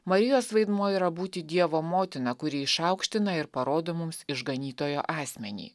marijos vaidmuo yra būti dievo motina kuri išaukština ir parodo mums išganytojo asmenį